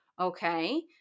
Okay